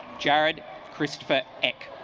jared christopher ech